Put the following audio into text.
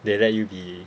they let you be